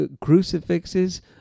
crucifixes